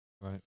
Right